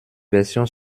version